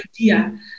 idea